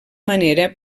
manera